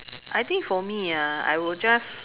I think for me ah I will just